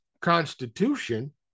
constitution